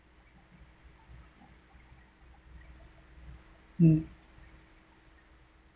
mm